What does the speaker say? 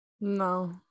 No